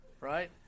right